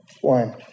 one